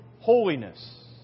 Holiness